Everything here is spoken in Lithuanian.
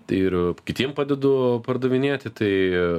tai ir kitiem padedu pardavinėti tai